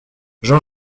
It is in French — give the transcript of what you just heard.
jean